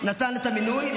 נתן את המינוי,